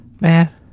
Man